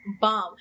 bomb